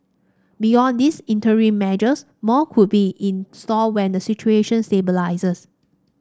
beyond these interim measures more could be in store when the situation stabilises